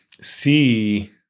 see